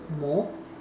more